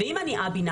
ואם אני א-בינארי?